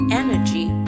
energy